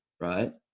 Right